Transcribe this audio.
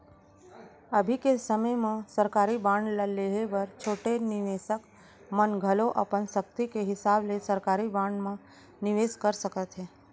अभी के समे म सरकारी बांड ल लेहे बर छोटे निवेसक मन घलौ अपन सक्ति के हिसाब ले सरकारी बांड म निवेस कर सकत हें